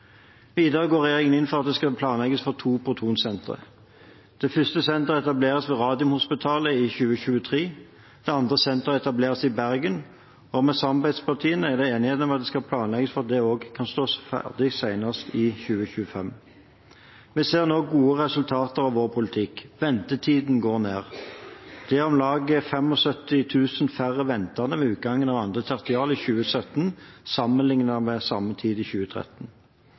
Videre går regjeringen inn for at det skal planlegges for to protonsentre. Det første senteret etableres ved Radiumhospitalet i 2023. Det andre senteret etableres i Bergen, og mellom samarbeidspartiene er det enighet om at det skal planlegges for at det kan stå ferdig senest i 2025. Vi ser nå gode resultater av vår politikk. Ventetiden går ned. Det er om lag 75 000 færre ventende ved utgangen av andre tertial i 2017 sammenlignet med samme tid i 2013.